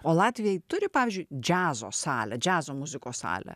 o latvijoje turi pavyzdžiui džiazo salę džiazo muzikos salę